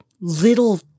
little